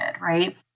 right